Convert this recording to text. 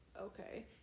Okay